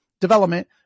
development